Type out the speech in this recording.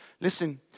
Listen